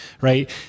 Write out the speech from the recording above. right